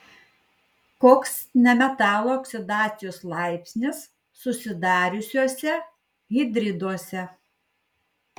koks nemetalų oksidacijos laipsnis susidariusiuose hidriduose